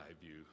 view